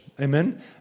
amen